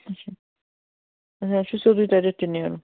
اَچھا اَسہِ چھُ سیٚودُے تَٮ۪تھ تہِ نٮ۪رُن